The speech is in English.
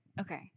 okay